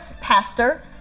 pastor